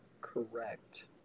correct